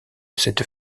cette